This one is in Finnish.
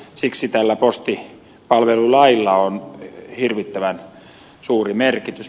siksi tällä postipalvelulailla on hirvittävän suuri merkitys